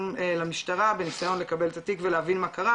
למשטרה בניסיון לקבל את התיק ולהבין מה קרה.